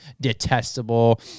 detestable